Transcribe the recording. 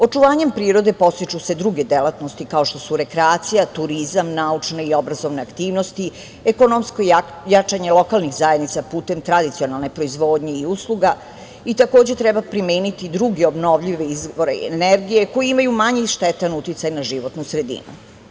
Očuvanjem prirode podstiču se druge delatnosti, kao što su rekreacija, turizam, naučne i obrazovne aktivnosti, ekonomsko jačanje lokalnih zajednica putem tradicionalne proizvodnje i usluga i takođe treba primeniti druge obnovljive izvore energije koji imaju manje štetan uticaj na životnu sredinu.